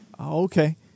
Okay